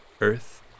earth